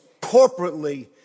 corporately